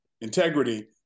integrity